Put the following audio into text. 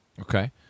okay